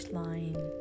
line